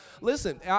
Listen